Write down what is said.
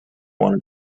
wanted